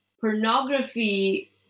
pornography